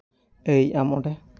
ᱮᱭ ᱟᱢ ᱚᱸᱰᱮ